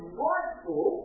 rightful